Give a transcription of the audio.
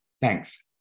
thanks